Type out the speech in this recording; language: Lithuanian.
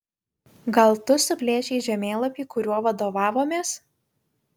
gal tu suplėšei žemėlapį kuriuo vadovavomės